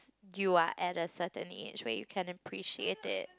you are at a certain age where you can appreciate it